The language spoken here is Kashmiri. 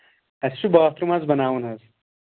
اَسہِ چھُ باتھ روٗم حظ بَناوُن حظ